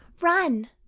run